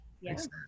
Yes